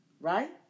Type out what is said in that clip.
Right